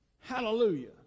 Hallelujah